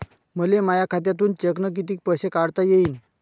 मले माया खात्यातून चेकनं कितीक पैसे काढता येईन?